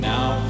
Now